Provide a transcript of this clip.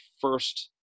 first